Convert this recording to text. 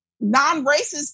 non-racist